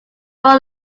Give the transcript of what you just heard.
more